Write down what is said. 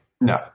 No